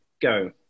go